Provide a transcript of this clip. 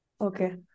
Okay